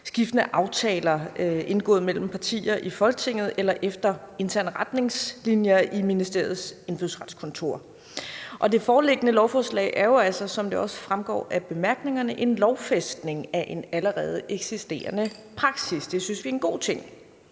skiftende aftaler indgået mellem partier i Folketinget eller efter interne retningslinjer i ministeriets Indfødsretskontor, og det foreliggende lovforslag er jo, som det også fremgår af bemærkningerne, en lovfæstning af en allerede eksisterende praksis, og det synes vi er en god ting.